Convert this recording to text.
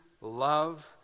love